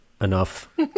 enough